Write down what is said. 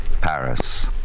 Paris